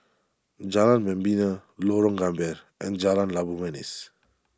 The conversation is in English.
Jalan Membina Lorong Gambir and Jalan Labu Manis